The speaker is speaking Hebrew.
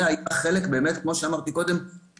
כמו שאמרתי קודם,